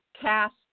cast